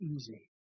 easy